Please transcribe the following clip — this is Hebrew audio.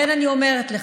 לכן אני אומרת לך,